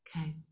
Okay